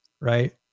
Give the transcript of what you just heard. right